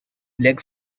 leg